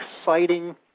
exciting